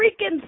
freaking